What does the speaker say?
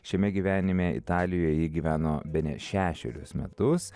šiame gyvenime italijoj ji gyveno bene šešerius metus